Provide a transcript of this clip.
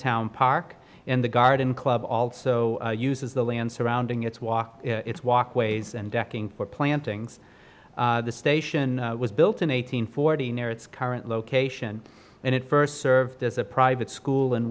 town park in the garden club also uses the land surrounding its walk its walkways and decking for plantings the station was built in eight hundred forty near its current location and it first served as a private school in